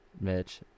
Mitch